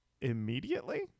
immediately